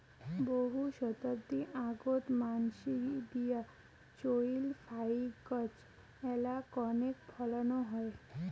বহু শতাব্দী আগোত মানসি দিয়া চইল ফাইক গছ এ্যালা কণেক ফলানো হয়